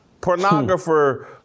pornographer